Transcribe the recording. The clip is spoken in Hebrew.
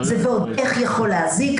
זה ועוד איך יכול להזיק.